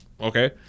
okay